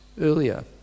earlier